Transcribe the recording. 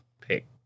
pick